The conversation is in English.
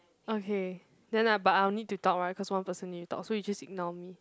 okay ya lah but I'll need to talk right cause one person need to talk so you just ignore me